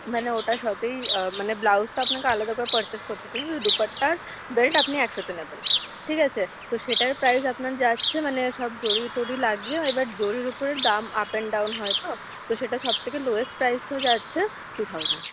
মানে ওটার সাথেই মানে ব্লাউজটা আপনাকে আলাদা করে পারচেস করতে হবে কিন্তু দুপাট্টা বেল্ট আপনি একসাথে নেবেন ঠিক আছে তো সেটার প্রাইস আপনার যা আসছে মানে সব জরি টরি লাগিয়ে এবার জরির উপরে দাম আপ এন্ড ডাউন হয় তো তো সেটা সব থেকে লোয়েস্ট প্রাইস হয়ে যাচ্ছে টু থাউজেন্ড